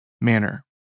manner